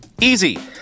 Easy